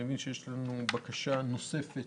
אני מבין שיש לנו בקשה נוספת